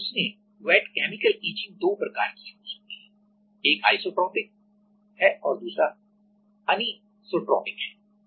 उसमें wet chemical etching दो प्रकार की हो सकती है एक आइसोट्रोपिकisotropic है और दूसरा अनिसोट्रोपिकanisotropic है